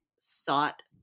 sought